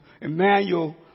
Emmanuel